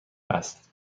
است